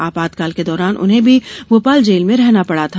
आपातकाल के दौरान उन्हें भी भोपाल जेल में रहना पड़ा था